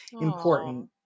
important